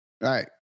right